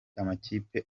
amakipe